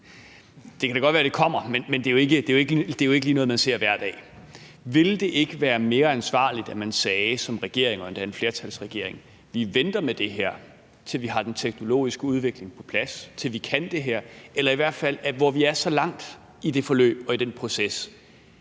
Det kan da godt være, det kommer, men det er jo ikke lige noget, man ser hver dag. Ville det ikke være mere ansvarligt, at man som regering, endda en flertalsregering, sagde: Vi venter med det her, til vi har den teknologiske udvikling på plads til, at vi kan det her, eller til, at vi i hvert fald er så langt i det forløb og den proces,